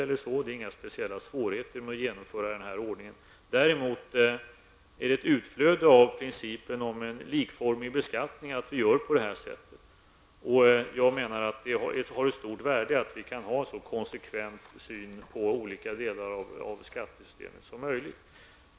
Det finns inga speciella svårigheter med att genomföra denna ordning, däremot är det ett utflöde av principen om likformig beskattning att vi gör på det här sättet. Jag menar att det är av stort värde att vi kan ha en så konsekvent syn på olika delar av skattesystemet som möjligt.